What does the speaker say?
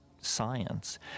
science